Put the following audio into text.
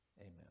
Amen